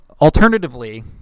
alternatively